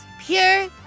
Pure